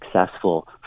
successful